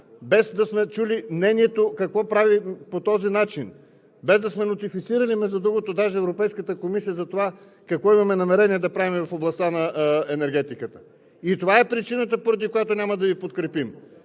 без да сме чули мнението какво правим по този начин, без да сме нотифицирали, между другото, даже Европейската комисия за това какво имаме намерение да правим в областта на енергетиката. И това е причината, поради която няма да Ви подкрепим